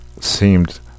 seemed